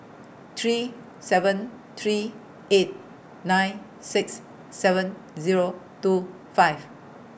three seven three eight nine six seven Zero two five